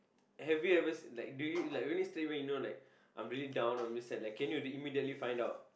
have you ever like do you will you straight know like I'm really down I'm real sad like can you immediately find out